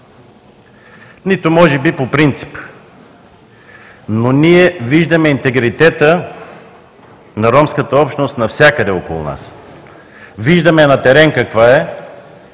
нито може би по принцип, но ние виждаме интегритета на ромската общност навсякъде около нас. Виждаме на терен каква е,